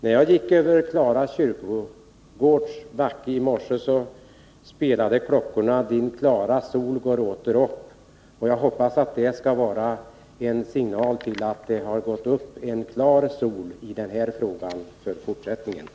När jag gick över Klara kyrkogård i morse spelade klockorna ”Din klara sol går åter upp”. Jag hoppas att vi nu har fått en signal till att en klar sol har gått upp också för den här frågans fortsatta behandling.